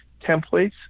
templates